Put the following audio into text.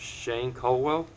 shane colwell